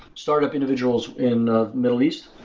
startup individuals in middle east?